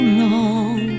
long